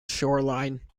shoreline